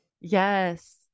Yes